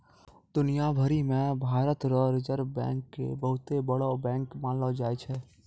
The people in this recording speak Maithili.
दुनिया भरी मे भारत रो रिजर्ब बैंक के बहुते बड़ो बैंक मानलो जाय छै